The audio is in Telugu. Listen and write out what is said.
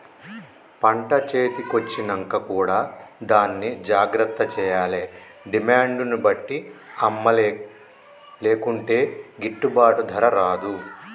పంట చేతి కొచ్చినంక కూడా దాన్ని జాగ్రత్త చేయాలే డిమాండ్ ను బట్టి అమ్మలే లేకుంటే గిట్టుబాటు ధర రాదు